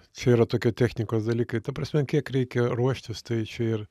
čia yra tokie technikos dalykai ta prasme an kiek reikia ruoštis tai čia ir